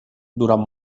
durant